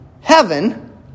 heaven